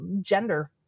gender